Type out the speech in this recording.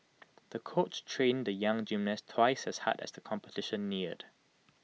the coach trained the young gymnast twice as hard as the competition neared